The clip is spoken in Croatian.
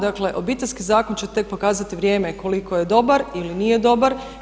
Dakle, Obiteljski zakon će tek pokazati vrijeme koliko je dobar ili nije dobar.